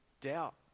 Doubt